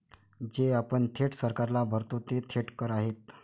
जे आपण थेट सरकारला भरतो ते थेट कर आहेत